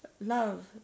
love